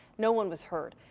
no one was hurt.